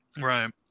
Right